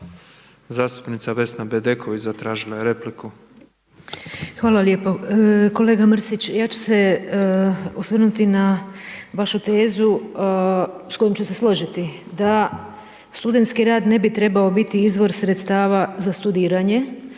Zastupnica Vesna Bedeković zatražila je repliku. **Bedeković, Vesna (HDZ)** Hvala lijepo. Kolega Mrsić, ja ću se osvrnuti na vašu tezu s kojom ću se složiti da studentski rad ne bi trebao biti izvor sredstava za studiranje